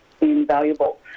invaluable